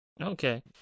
Okay